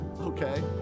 Okay